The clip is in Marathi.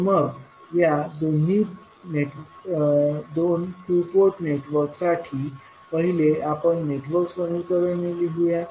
तर मग या दोन टू पोर्ट नेटवर्कसाठी पहिले आपण नेटवर्क समीकरणे लिहूया